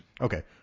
Okay